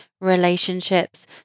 relationships